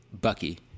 Bucky